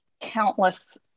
countless